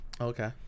Okay